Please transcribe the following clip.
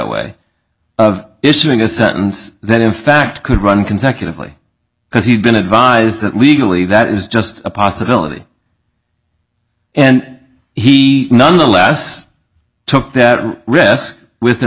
way of issuing a sentence that in fact could run consecutively because he's been advised that legally that is just a possibility and he nonetheless took that risk with an